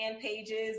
pages